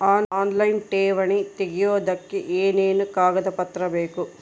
Online ಠೇವಣಿ ತೆಗಿಯೋದಕ್ಕೆ ಏನೇನು ಕಾಗದಪತ್ರ ಬೇಕು?